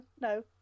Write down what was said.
no